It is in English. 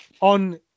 on